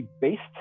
based